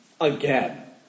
Again